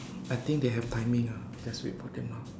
I think they have timing ah just wait for them ah